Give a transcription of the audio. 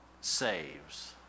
saves